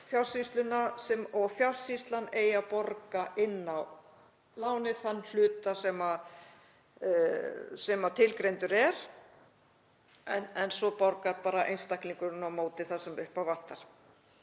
Fjársýsluna og að Fjársýslan eigi að borga inn á lánið þann hluta sem tilgreindur er en svo borgar bara einstaklingurinn á móti það sem upp á vantar.